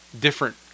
different